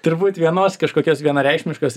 turbūt vienos kažkokios vienareikšmiškos